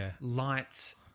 lights